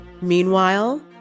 Meanwhile